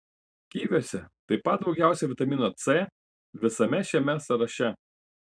kiviuose taip pat daugiausiai vitamino c visame šiame sąraše